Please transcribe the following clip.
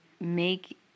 make